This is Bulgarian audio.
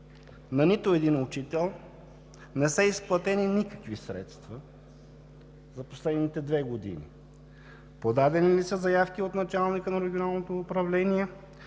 на нито един учител не са изплатени никакви средства за последните две години? Подадени ли са заявки от началника на Регионалното управление?